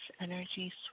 energy